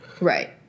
Right